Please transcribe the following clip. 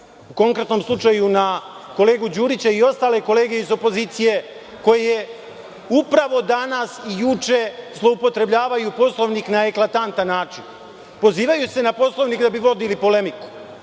U konkretnom slučaju na kolegu Đurića i na ostale kolege iz opozicije, koji upravo danas i juče zloupotrebljavaju Poslovnik na eklatantan način. Pozivaju se na Poslovnik da bi vodili polemiku.